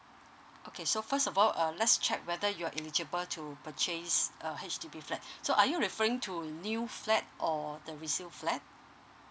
okay so first of all um let's check whether you are eligible to purchase a H_D_B flat so are you referring to new flat or the resale flat